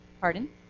Pardon